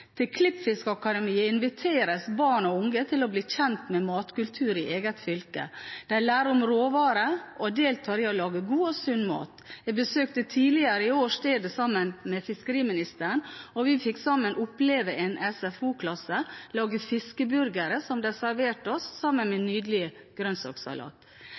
Til Klippfiskakademiet inviteres barn og unge til å bli kjent med matkultur i eget fylke, de lærer om råvarer og deltar i å lage god og sunn mat. Jeg besøkte tidligere i år stedet sammen med fiskeriministeren, og vi fikk sammen oppleve en SFO-klasse lage fiskeburgere som de serverte oss, sammen med